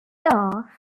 are